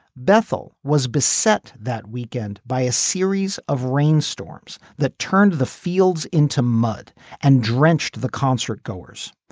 bethel was beset that weekend by a series of rainstorms that turned the fields into mud and drenched the concert goers.